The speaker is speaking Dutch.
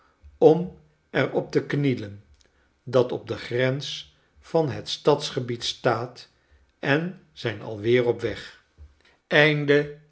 om er op te knielen dat op de grens van het stadsgebied staat en zijn alweer op weg